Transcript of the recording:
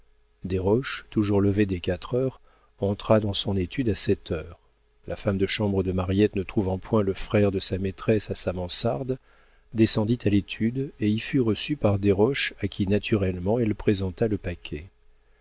heures desroches toujours levé dès quatre heures entra dans son étude à sept heures la femme de chambre de mariette ne trouvant point le frère de sa maîtresse à sa mansarde descendit à l'étude et y fut reçue par desroches à qui naturellement elle présenta le paquet